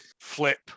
flip